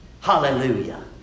Hallelujah